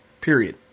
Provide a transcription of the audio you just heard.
Period